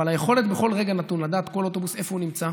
אבל היכולת בכל רגע נתון לדעת על כל אוטובוס איפה הוא נמצא,